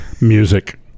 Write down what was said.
music